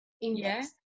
index